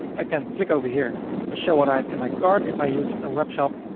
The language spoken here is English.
i can click over here and show what i have in my cart if i use a webshop.